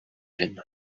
him